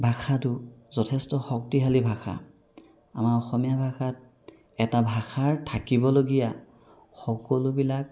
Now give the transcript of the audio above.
ভাষাটো যথেষ্ট শক্তিশালী ভাষা আমাৰ অসমীয়া ভাষাত এটা ভাষাৰ থাকিবলগীয়া সকলোবিলাক